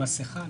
לא,